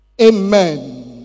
amen